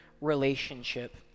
relationship